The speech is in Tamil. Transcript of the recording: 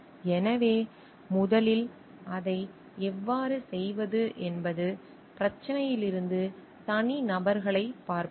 எனவே முதலில் அதை எவ்வாறு செய்வது என்பது பிரச்சனையிலிருந்து தனி நபர்களைப் பார்ப்போம்